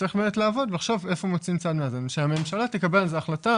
צריך לעבוד עכשיו על איפה מוצאים צד מאזן ושהממשלה תקבל על זה החלטה,